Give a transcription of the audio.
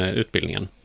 utbildningen